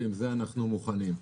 ועם זה אנחנו מוכנים.